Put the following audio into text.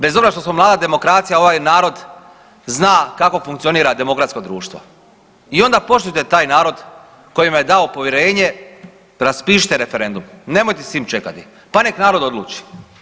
Bez obzira što smo mlada demokracija ovaj narod zna kako funkcionira demokratsko društvo i onda poštujte taj narod koji vam je dao povjerenje, raspišite referendum, nemojte s tim čekati, pa nek' narod odluči.